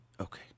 Okay